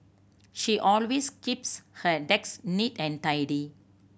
she always keeps her decks neat and tidy